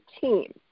team